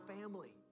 family